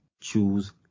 Choose